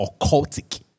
occultic